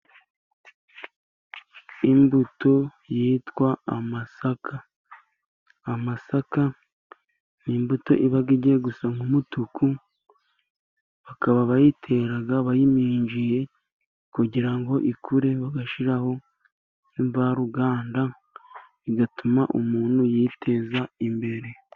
Imbuto yitwa amasaka. Amasaka ni imbuto iba igiye gusa nk'umutuku, bakaba bayitera bayiminjiye kugira ngo ikure bagashiraho invaruganda, igatuma umuntu yiteza imbere.